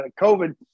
COVID